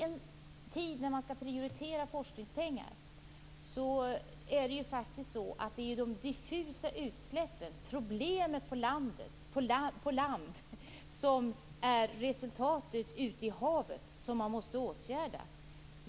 I en tid när man skall prioritera forskningspengar är det faktiskt så att det är de diffusa utsläppen, problemen på land som ger följdverkningar ute i havet, som man måste åtgärda.